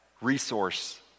resource